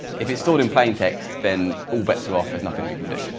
if it's still in plain text, then all bets are off, there's nothing we can do.